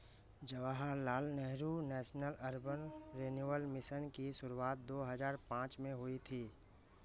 Jawaharlal Nehru National Urban Renewal Mission की शुरुआत दो हज़ार पांच में हुई थी